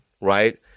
right